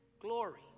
glory